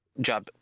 job